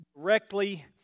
directly